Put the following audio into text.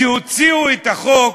כשהוציאו את החוק,